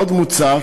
עוד מוצע,